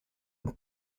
und